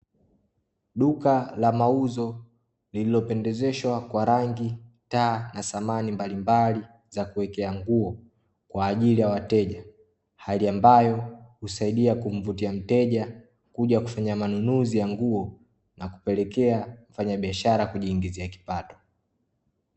Duka la mauzo lililopendezeshwa kwa rangi, taa, na samani mbalimbali za kuwekea nguo kwaajili ya wateja, hali ambayo husaidia kumvutia mteja kuja kufanya manunuzi ya nguo, na kupelekea mfanyabiashara kujiingizia kipato.